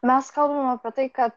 mes kalbam apie tai kad